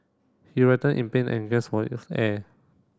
he in pain and gasped for air